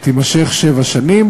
ותימשך שבע שנים,